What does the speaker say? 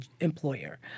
employer